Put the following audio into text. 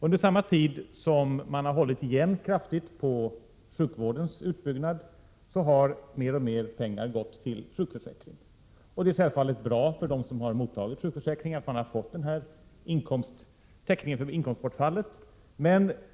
Under samma tid som man kraftigt har hållit igen på sjukvårdens utbyggnad har mer och mer pengar gått till sjukförsäkringen. Det är självfallet bra för dem som mottagit ersättning från sjukförsäkringen att ha fått täckning för inkomstbortfallet.